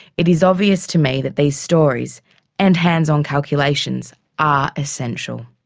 it is obvious to me that these stories and hands-on calculations are essential.